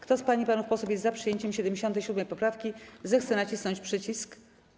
Kto z pań i panów posłów jest za przyjęciem 77. poprawki, zechce nacisnąć przycisk.